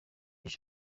ejo